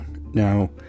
Now